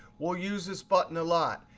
we'll use this button a lot.